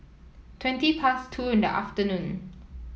twenty past two in the afternoon